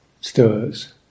stirs